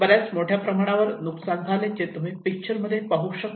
बऱ्याच मोठ्या प्रमाणावर नुकसान झाल्याचे तुम्ही पिक्चर मध्ये पाहू शकता